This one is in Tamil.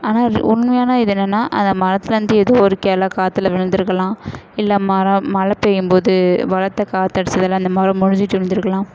ஆனால் அது உண்மையான இது என்னென்னா அந்த மரத்தில் இருந்து ஏதோ ஒரு கிளை காற்றுல விழுந்துருக்கலாம் இல்லை மர மழை பெய்யும் போது பலத்த காற்று அடித்ததுல அந்த மரம் முறிஞ்சுட்டு விழுந்துருக்கலாம்